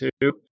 two